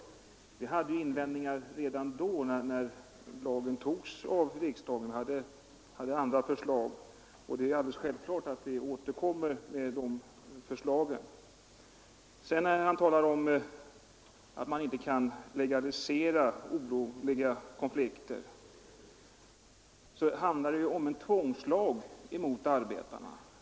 Dessutom hade vi invändningar redan när lagen antogs av riksdagen och framförde då andra förslag. Det är självklart att vi återkommer med de förslagen. Herr Nilsson talar om att man inte kan legalisera olovliga konflikter, men det handlar här om en tvångslag emot arbetarna.